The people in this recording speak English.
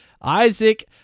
Isaac